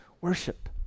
worship